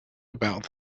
about